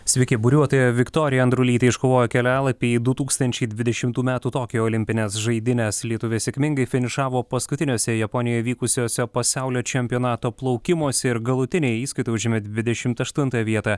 sveiki buriuotoja viktorija andrulytė iškovojo kelialapį į du tūkstančiai dvidešimų metų tokijo olimpines žaidynes lietuviai sėkmingai finišavo paskutinėse japonijoje vykusiose pasaulio čempionato plaukimuose ir galutinėj įskaitoj užėmė dvidešim aštuntąją vietą